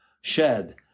shed